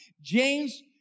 James